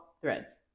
Threads